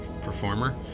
performer